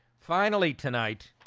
finally tonight